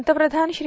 पंतप्रवान Shri